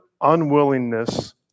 unwillingness